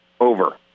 over